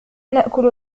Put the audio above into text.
نأكل